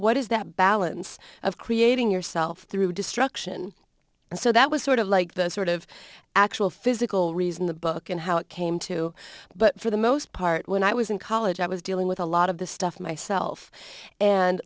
what is that balance of creating yourself through destruction and so that was sort of like the sort of actual physical reason the book and how it came to but for the most part when i was in college i was dealing with a lot of the stuff myself and